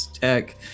tech